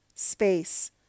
Space